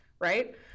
right